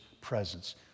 presence